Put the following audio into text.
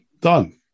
done